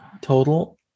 total